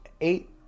Eight